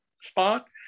spot